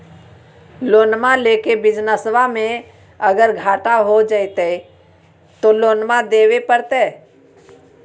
लोनमा लेके बिजनसबा मे अगर घाटा हो जयते तो लोनमा देवे परते?